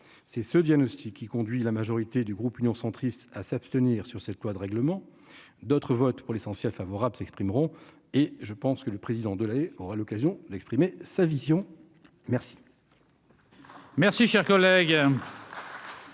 c'est ce diagnostic qui conduit la majorité du groupe Union centriste à s'abstenir sur cette loi de règlement d'autres votes pour l'essentiel favorable s'exprimeront et je pense que le président de elle aura l'occasion d'exprimer sa vision merci.